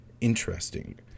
interesting